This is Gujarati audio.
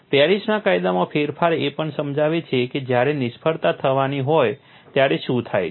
પેરિસના કાયદામાં ફેરફાર એ પણ સમજાવે છે કે જ્યારે નિષ્ફળતા થવાની હોય ત્યારે શું થાય છે